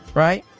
right?